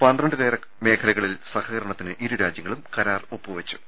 പന്ത്രണ്ടിലേറെ മേഖലകളിൽ സഹകരണത്തിന് ഇരുരാജ്യങ്ങളും കരാർ ഒപ്പു വെച്ചു